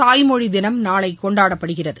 தாய்மொழி தினம் நாளை கொண்டாடப்படுகிறது